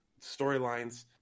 storylines